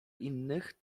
innych